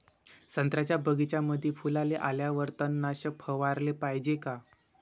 संत्र्याच्या बगीच्यामंदी फुलाले आल्यावर तननाशक फवाराले पायजे का?